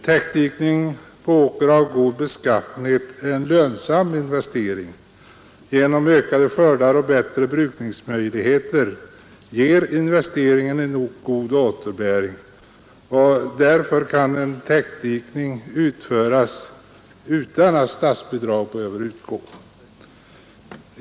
Täckdikning på åker av god beskaffenhet är en lönsam investering. Genom ökade skördar och bättre brukningsmöjligheter ger investeringen god återbäring, och därför kan täckdikning utföras utan att statsbidrag behöver utgå.